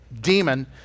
demon